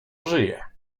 żyje